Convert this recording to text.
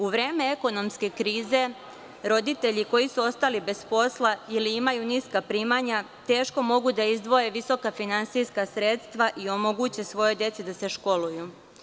U vreme ekonomske krize roditelji, koji su ostali bez posla ili imaju niska primanja, teško mogu da izdvoje visoka finansijska sredstva i omoguće svojoj deci da se školuju.